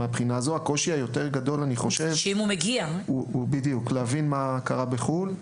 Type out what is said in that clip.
הקושי היותר גדול הוא להבין מה קרה בחו"ל.